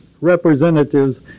representatives